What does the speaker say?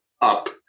up